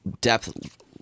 depth